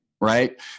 right